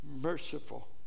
merciful